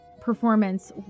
performance